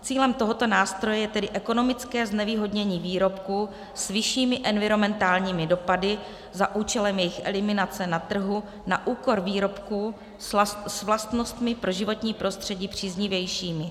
Cílem tohoto nástroje je tedy ekonomické znevýhodnění výrobků s vyššími environmentálními dopady za účelem jejich eliminace na trhu na úkor výrobků s vlastnostmi pro životní prostředí příznivějšími.